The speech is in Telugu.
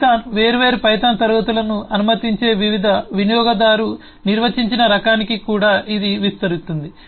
పైథాన్ వేర్వేరు పైథాన్ తరగతులను అనుమతించే వివిధ వినియోగదారు నిర్వచించిన రకానికి కూడా ఇది విస్తరిస్తుంది